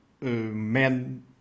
men